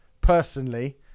personally